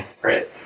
Great